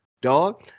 Dog